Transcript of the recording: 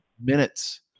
minutes